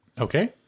Okay